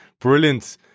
brilliant